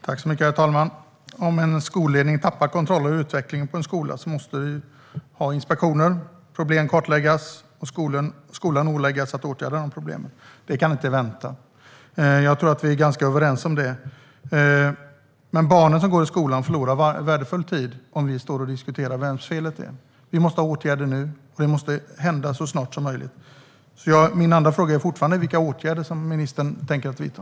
Herr talman! Om en skolledning tappar kontrollen över utvecklingen på en skola måste vi ha inspektioner. Problem måste kartläggas, och skolan måste åläggas att åtgärda problemen. Det kan inte vänta. Jag tror att vi är ganska överens om det. Men de barn som går i skolan förlorar värdefull tid om vi står och diskuterar vems felet är. Vi måste ha åtgärder nu, så snart som möjligt. Min andra fråga är därför fortfarande vilka åtgärder ministern tänker vidta.